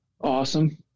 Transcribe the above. Awesome